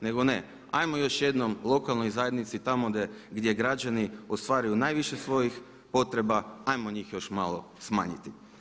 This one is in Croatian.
Nego ne, ajmo još jednom lokalnoj zajednici tamo gdje građani ostvaruju najviše svojih potreba, ajmo njih još manje smanjiti.